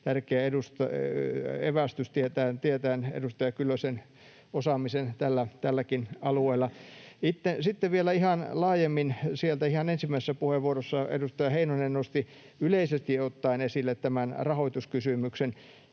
tärkeä evästys tietäen edustaja Kyllösen osaamisen tälläkin alueella. Sitten vielä laajemmin: Ihan ensimmäisessä puheenvuorossa edustaja Heinonen nosti yleisesti ottaen esille rahoituskysymyksen.